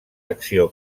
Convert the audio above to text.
acció